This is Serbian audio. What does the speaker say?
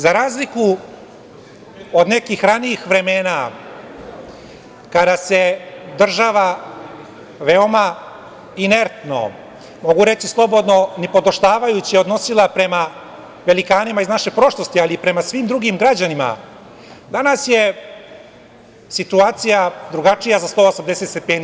Za razliku od nekih ranijih vremena kada se država veoma inertno, mogu reći slobodno, nipodaštavajuće odnosila prema velikanima iz naše prošlosti, ali i prema svim drugim građanima, danas je situacija drugačija za 180 stepeni.